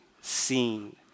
seen